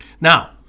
Now